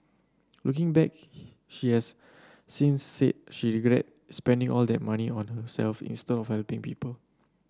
looking back she has since said she regret spending all that money on herself instead of helping people